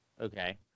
Okay